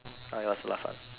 uh it was the last one